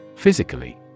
Physically